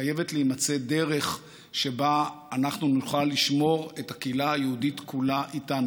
חייבת להימצא דרך שבה אנחנו נוכל לשמור את הקהילה היהודית כולה איתנו.